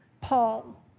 Paul